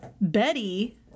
Betty